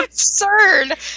absurd